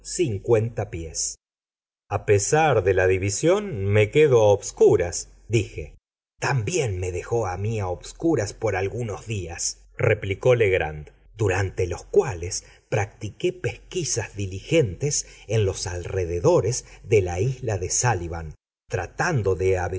cincuenta pies a pesar de la división me quedo a obscuras dije también me dejó a mí a obscuras por algunos días replicó legrand durante los cuales practiqué pesquisas diligentes en los alrededores de la isla de súllivan tratando de